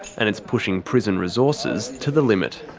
and it's pushing prison resources to the limit.